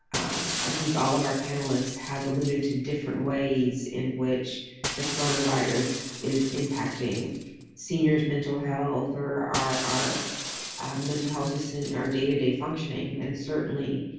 i think all of our panelists have alluded to different ways in which the coronavirus is impacting seniors' mental health or our our mental health just in and our day-to-day functioning. and certainly,